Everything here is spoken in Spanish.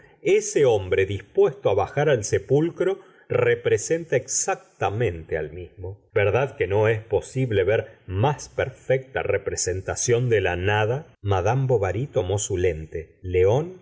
ese hombre dispuesto á bajar al repulcro representa exactamente al mismo verdad que no es posible ver más perfecta representación de la nada mad bovary tomó su lente león